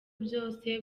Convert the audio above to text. byose